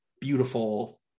beautiful